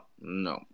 no